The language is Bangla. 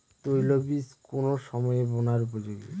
তৈলবীজ কোন সময়ে বোনার উপযোগী?